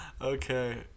Okay